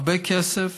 הרבה כסף